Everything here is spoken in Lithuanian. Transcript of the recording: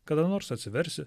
kada nors atsiversi